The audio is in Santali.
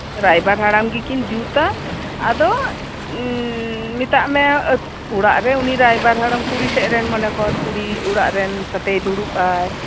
ᱨᱟᱭᱵᱟᱨ ᱦᱟᱲᱟᱢ ᱜᱮᱠᱤᱱ ᱡᱩᱛᱟ ᱟᱫᱚᱢᱮᱛᱟᱜ ᱢᱮ ᱚᱲᱟᱜ ᱨᱮ ᱩᱱᱤ ᱨᱟᱭᱵᱟᱨ ᱦᱟᱲᱟᱢ ᱠᱩᱲᱤ ᱥᱮᱡ ᱨᱮᱱ ᱢᱚᱱᱮ ᱠᱚᱨ ᱠᱩᱲᱤ ᱚᱲᱟᱜ ᱨᱮᱱ ᱥᱟᱛᱮ ᱫᱩᱲᱩᱵ ᱟᱭ